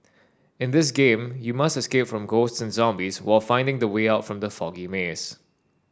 in this game you must escape from ghosts and zombies while finding the way out from the foggy maze